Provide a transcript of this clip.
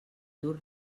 dur